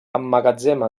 emmagatzema